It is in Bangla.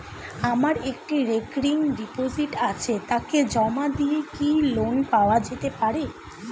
আমার একটি রেকরিং ডিপোজিট আছে তাকে জমা দিয়ে কি লোন পাওয়া যেতে পারে?